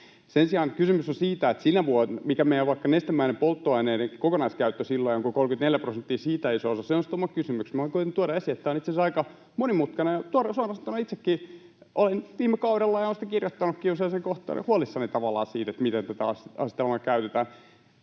Sen sijaan kysymys on siitä, että mikä vaikka meidän nestemäisten polttoaineiden kokonaiskäyttö on ja onko 34 prosenttia siitä iso osa, ja se on sitten oma kysymyksensä. Koetan tuoda esille, että tämä on itse asiassa aika monimutkainen, ja suoraan sanottuna olin viime kaudella, ja olen siitä kirjoittanutkin, huolissani tavallaan siitä, miten tätä asetelmaa käytetään.